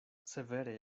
severe